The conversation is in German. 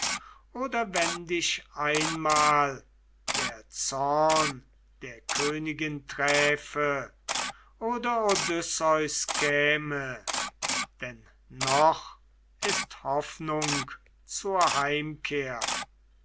oder wenn dich einmal der zorn der königin träfe oder odysseus käme denn noch ist hoffnung zur heimkehr